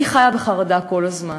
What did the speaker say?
אני חיה בחרדה כל הזמן.